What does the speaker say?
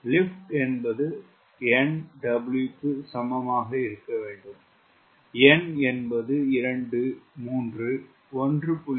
lift என்பது nW சமமாக இருக்க வேண்டும் n என்பது 2 3 1